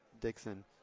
Dixon